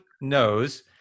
knows